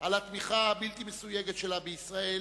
על התמיכה הבלתי מסויגת שלה בישראל,